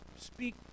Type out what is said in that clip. speak